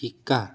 শিকা